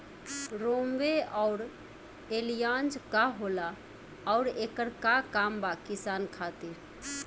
रोम्वे आउर एलियान्ज का होला आउरएकर का काम बा किसान खातिर?